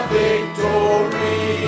victory